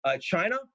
china